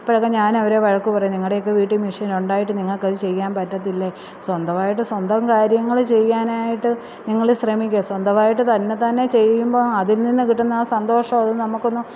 അപ്പോഴൊക്കെ ഞാനവരെ വഴക്ക് പറയും നിങ്ങളുടെ ഒക്കെ വീട്ടില് മെഷീനുണ്ടായിട്ട് നിങ്ങൾക്ക് അത് ചെയ്യാന് പറ്റത്തില്ലേ സ്വന്തമായിട്ട് സ്വന്തം കാര്യങ്ങള് ചെയ്യാനായിട്ട് നിങ്ങള് ശ്രമിക്ക് സ്വന്തമായിട്ട് തന്നത്താനെ ചെയ്യുമ്പം അതില്നിന്ന് കിട്ടുന്ന ആ സന്തോഷം അതൊന്ന് നമുക്കൊന്നും